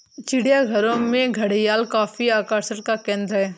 चिड़ियाघरों में घड़ियाल काफी आकर्षण का केंद्र है